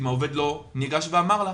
אם העובד לא ניגש ואמר לה,